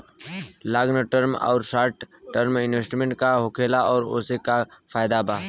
Long term आउर short term investment का होखेला और ओसे का फायदा बा?